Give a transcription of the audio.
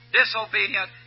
disobedient